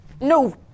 no